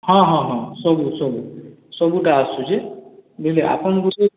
ହଁ ହଁ ହଁ ସବୁ ସବୁ ସବୁ ଟା ଆସୁଛେ ବୁଝ୍ଲେ ଆପଣ୍ଙ୍କୁ ସେ